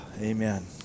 amen